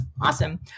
Awesome